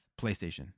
PlayStation